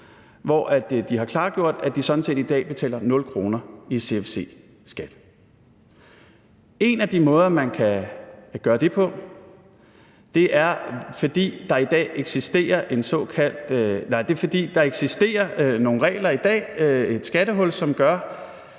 de har klargjort, at de sådan set i dag betaler 0 kr. i CFC-skat. Grunden til, at man kan gøre det, er, at der i dag eksisterer nogle regler, et skattehul, som gør,